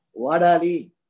Wadali